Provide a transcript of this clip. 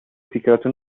فكرة